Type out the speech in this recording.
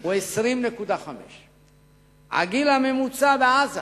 הוא 20.5. הגיל הממוצע בעזה